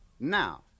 Now